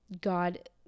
God